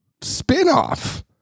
spinoff